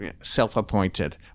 self-appointed